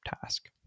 task